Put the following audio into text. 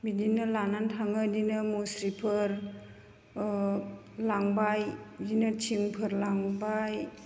बिदिनो लानानै थाङो बिदिनो मुस्रिफोर लांबाय बिदिनो थिंफोर लांबाय